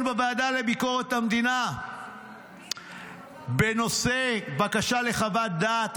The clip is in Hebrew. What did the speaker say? בוועדה לביקורת המדינה בנושא: בקשה לחוות דעת,